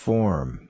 Form